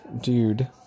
dude